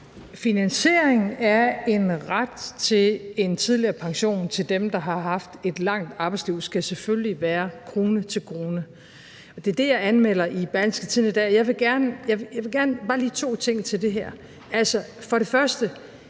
Finansieringen af en ret til en tidligere pension til dem, der har haft et langt arbejdsliv, skal selvfølgelig være krone til krone. Det er det, jeg anmelder i Berlingske i dag. Der er bare lige to ting til det her. Jeg mener,